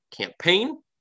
campaign